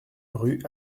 rue